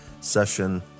session